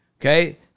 Okay